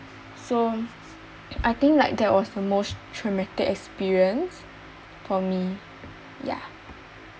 so I think like that was the most traumatic experience for me ya